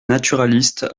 naturaliste